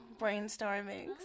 brainstorming